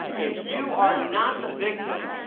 if you are not the victim,